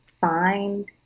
find